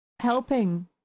helping